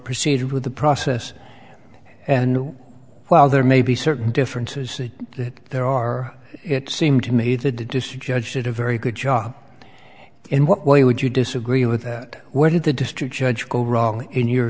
proceeded with the process and while there may be certain differences that there are it seemed to me that the district judge did a very good job in what way would you disagree with that where did the district judge go wrong in your